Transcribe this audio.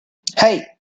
hey